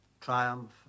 triumph